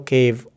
Cave